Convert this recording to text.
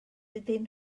iddyn